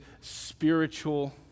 spiritual